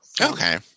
Okay